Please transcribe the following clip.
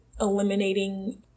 eliminating